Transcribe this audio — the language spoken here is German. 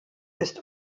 ist